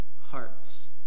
hearts